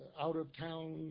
out-of-town